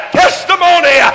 testimony